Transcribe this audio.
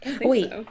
Wait